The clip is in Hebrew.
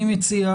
אני מציע,